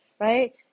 right